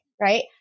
right